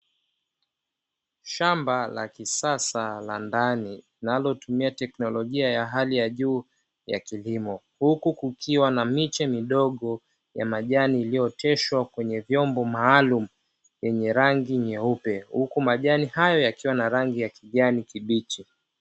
Shamba la kisasa la ndani linalotumia teknolojia ya hali ya juu ya kilimo, huku kukiwa na miche midogo ya majani iliyooteshwa kwenye vyombo maalumu yenye rangi nyeupe, huku majani hayo yakiwa na rangi ya kijani kibichi.